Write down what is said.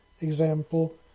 Example